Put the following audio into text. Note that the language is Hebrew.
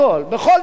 בכל דרך.